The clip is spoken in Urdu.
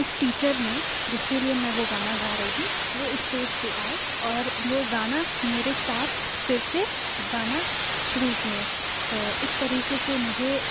اس ٹیچر نے جس کے لیے میں وہ گانا گا رہی تھی وہ اسٹیج پہ آئے اور وہ گانا میرے ساتھ پھر سے گانا شروع کیے تو اس طریقے سے مجھے